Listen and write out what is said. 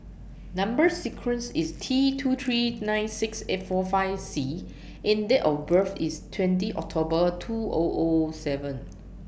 Number sequence IS T two three nine six eight four five C and Date of birth IS twenty October two O O seven